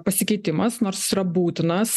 pasikeitimas nors jis yra būtinas